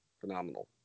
phenomenal